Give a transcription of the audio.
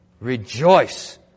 Rejoice